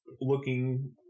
looking